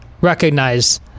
recognize